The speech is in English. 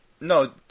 No